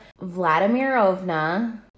Vladimirovna